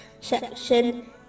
section